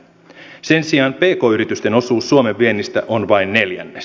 sen sijaan pk yritysten osuus suomen viennistä on vain neljännes